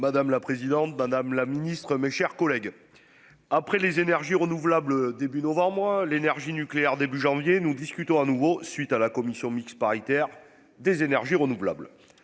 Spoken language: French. Madame la présidente, madame la Ministre, mes chers collègues. Après les énergies renouvelables. Début novembre, l'énergie nucléaire. Début janvier, nous discutons à nouveau suite à la commission mixte paritaire des énergies renouvelables.